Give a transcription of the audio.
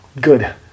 good